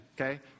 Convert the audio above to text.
okay